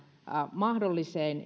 mahdolliseen